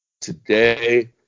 Today